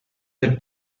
the